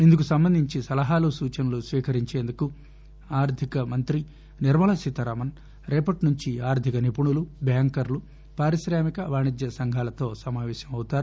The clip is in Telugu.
ఇందుకు సంబంధించి సలహాలు సూచనలు స్వీకరించేందుకు ఆర్దిక మంత్రి నిర్మలా సీతారామన్ రేపటి నుండి ఆర్దిక నిపుణులు బ్యాంకర్లు పారిశ్రామిక వాణిజ్య సంఘాలతో సమాపేశమవుతారు